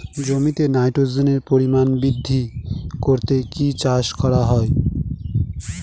জমিতে নাইট্রোজেনের পরিমাণ বৃদ্ধি করতে কি চাষ করা হয়?